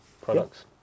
products